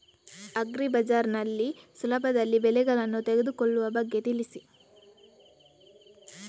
agri bazaar ನಲ್ಲಿ ಸುಲಭದಲ್ಲಿ ಬೆಳೆಗಳನ್ನು ತೆಗೆದುಕೊಳ್ಳುವ ಬಗ್ಗೆ ತಿಳಿಸಿ